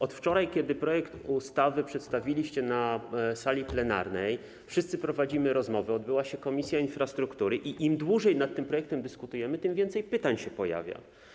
Od wczoraj, kiedy projekt ustawy przedstawiliście na sali plenarnej, wszyscy prowadzimy rozmowy, odbyło się posiedzenie Komisji Infrastruktury i im dłużej nad tym projektem dyskutujemy, tym więcej pytań się pojawia.